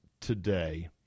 today